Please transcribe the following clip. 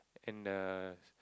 and the